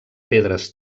pedres